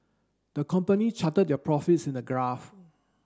the company charted their profits in the graph